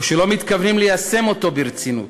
או שלא מתכוונים ליישם אותו ברצינות,